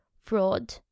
fraud